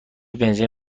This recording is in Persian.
بنزین